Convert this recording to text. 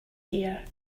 here